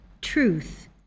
truth